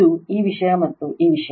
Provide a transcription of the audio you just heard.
ಇದು ಈ ವಿಷಯ ಮತ್ತು ಈ ವಿಷಯ